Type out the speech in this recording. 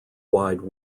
wide